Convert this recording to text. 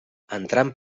entrant